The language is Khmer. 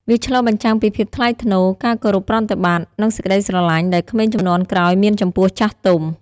វាឆ្លុះបញ្ចាំងពីភាពថ្លៃថ្នូរ ការគោរពប្រតិបត្តិ និងសេចក្តីស្រឡាញ់ដែលក្មេងជំនាន់ក្រោយមានចំពោះចាស់ទុំ។